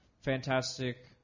fantastic